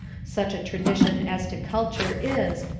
such a tradition as to culture is,